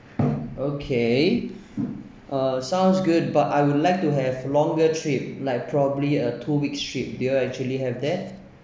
okay uh sounds good but I would like to have longer trip like probably a two weeks trip do you all actually have that